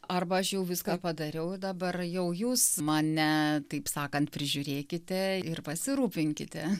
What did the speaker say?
arba aš jau viską padariau dabar jau jūs mane taip sakant prižiūrėkite ir pasirūpinkite